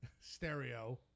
stereo